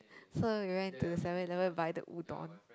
so we went to seven-eleven buy the udon